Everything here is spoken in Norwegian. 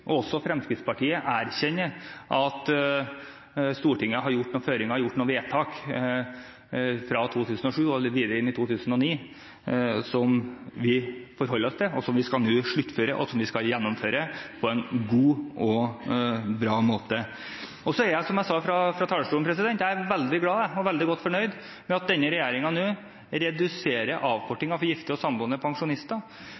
og også Fremskrittspartiet erkjenner at Stortinget har lagt noen føringer, gjort noen vedtak, fra 2007 og frem mot 2009 som vi forholder oss til, og som vi nå skal sluttføre og gjennomføre på en god og bra måte. Så er jeg – som jeg sa fra talerstolen – veldig glad for og veldig godt fornøyd med at denne regjeringen nå reduserer